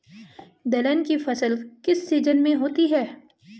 दलहन की फसल किस सीजन में होती है?